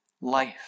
life